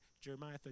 Jeremiah